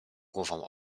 głową